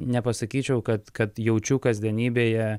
nepasakyčiau kad kad jaučiu kasdienybėje